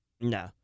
No